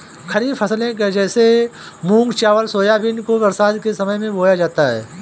खरीफ फसले जैसे मूंग चावल सोयाबीन को बरसात के समय में क्यो बोया जाता है?